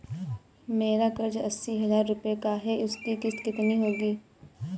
मेरा कर्ज अस्सी हज़ार रुपये का है उसकी किश्त कितनी होगी?